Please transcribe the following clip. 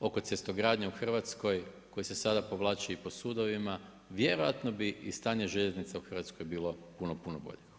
oko cestogradnje u Hrvatskoj koji se sada povlači i po sudovima, vjerojatno bi i stanje željeznice u Hrvatskoj bilo puno puno bolje.